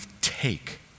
take